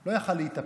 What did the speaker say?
לא היה יכול להתאפק.